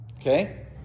Okay